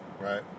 Right